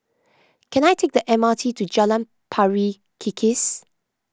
can I take the M R T to Jalan Pari Kikis